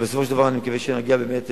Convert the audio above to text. ובסופו של דבר אני באמת מקווה שנגיע להבנות,